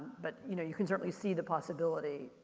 but you know, you can certainly see the possibility,